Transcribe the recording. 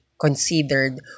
considered